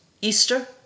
Easter